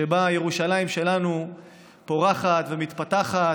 שבו ירושלים שלנו פורחת ומתפתחת,